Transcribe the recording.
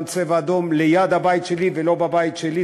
"צבע אדום" ליד הבית שלי ולא בבית שלי,